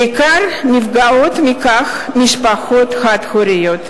בעיקר נפגעות מכך משפחות חד-הוריות,